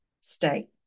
state